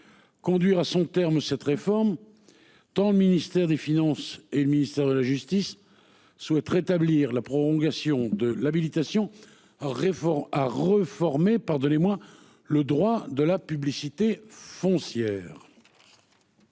Conduire à son terme cette réforme. Tant le ministère des Finances et le ministère de la justice souhaite rétablir la prolongation de l'habilitation. Réforme a reformé pardonnez-moi le droit de la publicité foncière.